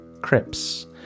Crips